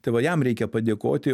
tai va jam reikia padėkoti